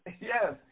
yes